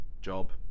job